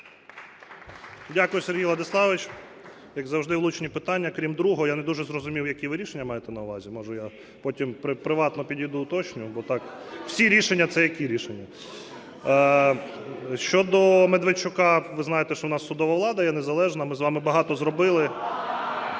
Дякую, Сергій Владиславович. Як завжди, влучні питання, крім другого. Я не дуже зрозумів, які ви рішення маєте на увазі. Може, я потім приватно підійду, уточню, бо так… Всі рішення – це які рішення? Щодо Медведчука, ви знаєте, що у нас судова влада є незалежна, ми з вами багато зробили…